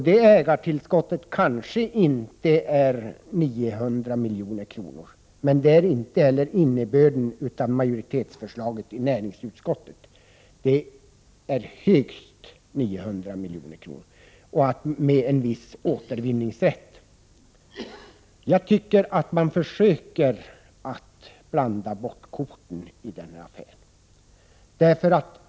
Det ägartillskottet är kanske inte 900 milj.kr. Majoritetsförslaget i näringsutskottet innebär inte heller 900 milj.kr. utan högst 900 milj.kr. med en viss återvinningsrätt. Man försöker blanda bort korten i den här affären.